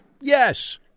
Yes